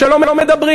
כשלא מדברים.